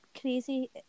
crazy